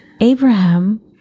Abraham